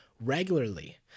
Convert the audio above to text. regularly